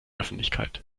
öffentlichkeit